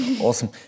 Awesome